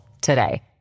today